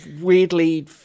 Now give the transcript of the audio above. weirdly